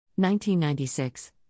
1996